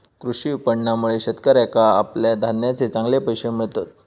कृषी विपणनामुळे शेतकऱ्याका आपल्या धान्याचे चांगले पैशे मिळतत